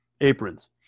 aprons